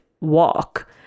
walk